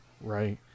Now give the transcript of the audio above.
Right